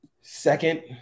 second